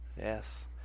yes